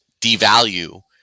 devalue